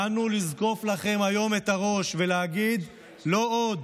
באנו לזקוף לכם היום את הראש ולהגיד: לא עוד.